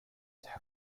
der